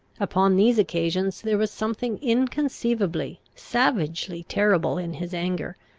upon these occasions there was something inconceivably, savagely terrible in his anger,